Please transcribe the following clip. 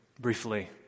briefly